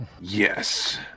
Yes